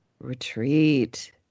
Retreat